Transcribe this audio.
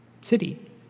city